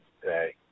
today